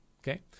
Okay